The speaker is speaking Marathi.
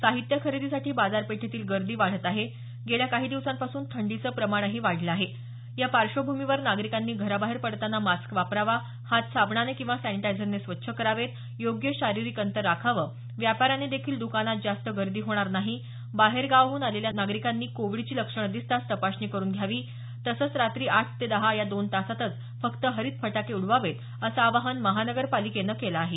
साहित्य खरेदीसाठी बाजारपेठेतील गर्दी वाढत आहे गेल्या काही दिवसापासून थंडीचं प्रमाणही वाढलं आहे या पार्श्वभूमीवर नागरिकांनी घराबाहेर पडताना मास्क वापरावा हात साबणाने किंवा सॅनिटायझरने स्वच्छ करावेत योग्य शारीरिक अंतर राखावं व्यापाऱ्यांनी देखील द्कानात जास्ती गर्दी होणार नाही बाहेरगावाहून आलेल्या नागरिकांनी कोविडची लक्षणं दिसताच तपासणी करून घ्यावी तसंच रात्री आठ ते दहा या दोन तासांतच फक्त हरित फटाके उडवावेत असं आवाहन महापालिकेनं केलं आहे